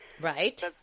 Right